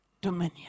dominion